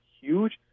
huge